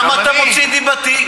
למה אתה מוציא דיבתי.